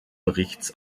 berichts